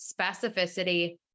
specificity